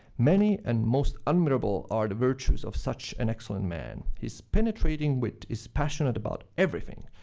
many and most honorable are the virtues of such an excellent man. his penetrating wit is passionate about everything.